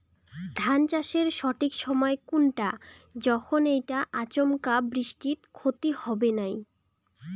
ধান চাষের সঠিক সময় কুনটা যখন এইটা আচমকা বৃষ্টিত ক্ষতি হবে নাই?